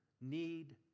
need